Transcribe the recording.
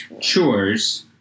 chores